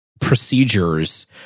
procedures